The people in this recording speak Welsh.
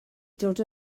dod